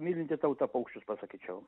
mylinti tauta paukščius pasakyčiau